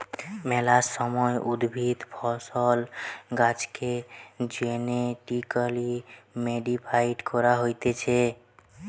মেলা সময় উদ্ভিদ, ফসল, গাছেকে জেনেটিক্যালি মডিফাইড করা হতিছে